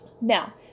Now